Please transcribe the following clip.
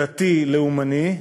דתי, לאומני,